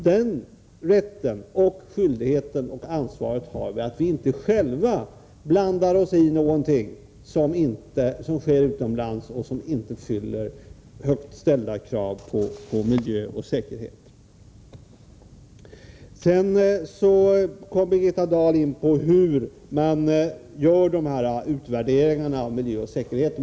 Den rätten och den skyldigheten och det ansvaret har vi, att inte själva blanda oss i något som sker utomlands där högt ställda krav på miljö och säkerhet inte uppfylls. Birgitta Dahl kom sedan in på frågan om hur utvärderingarna av miljö och säkerhet görs.